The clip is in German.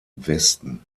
westen